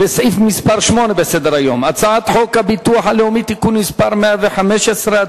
לסעיף מס' 8 בסדר-היום: הצעת חוק הביטוח הלאומי (תיקון מס' 115),